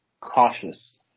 cautious